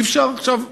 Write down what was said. אי-אפשר עכשיו,